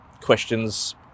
questions